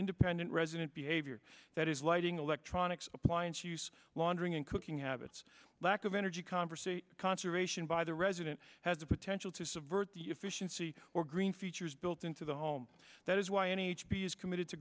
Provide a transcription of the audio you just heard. independent resident behavior that is lighting electronics appliance use laundering and cooking habits lack of energy conversation conservation by the resident has the potential to subvert the efficiency or green features built into the home that is why an h p is committed to